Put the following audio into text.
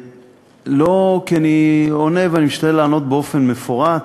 לא כי אני עונה, ואני משתדל לענות באופן מפורט,